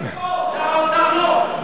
אורי מקלב פה, שר האוצר לא.